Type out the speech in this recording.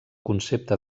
concepte